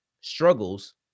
struggles